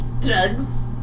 Drugs